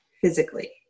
physically